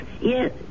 Yes